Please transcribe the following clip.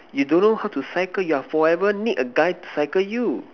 you don't know how to cycle you are forever need a guy to cycle you